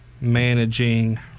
managing